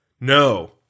No